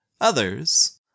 Others